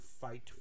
fight